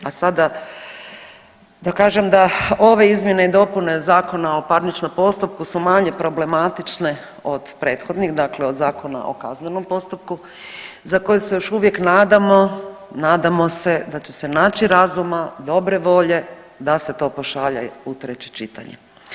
A sada da kažem da ove izmjene i dopune Zakona o parničnom postupku su manje problematične od prethodnih, dakle od Zakona o kaznenom postupku za koji se još uvijek nadamo, nadamo se da će se naći razuma, dobre volje da se to pošalje u treće čitanje.